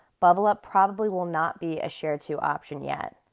bublup probably will not be a share to option yet.